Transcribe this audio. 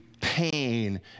pain